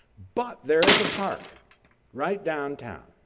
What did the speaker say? but there is a park right downtown.